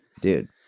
dude